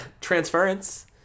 Transference